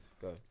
Go